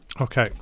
Okay